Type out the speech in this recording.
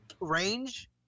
range